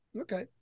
Okay